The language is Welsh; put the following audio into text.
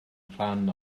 rhan